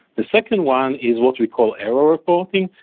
the second one is what we call error reporting.